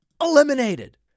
eliminated